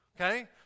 Okay